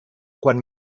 quan